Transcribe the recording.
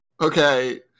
Okay